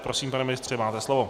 Prosím, pane ministře, máte slovo.